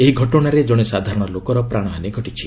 ଏହି ଘଟଣାରେ ଜଣେ ସାଧାରଣ ଲୋକର ପ୍ରାଣହାନୀ ଘଟିଛି